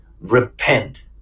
Repent